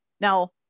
Now